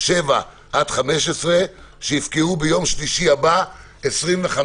7 עד 15 שיפקעו ביום שלישי הבא 25.8,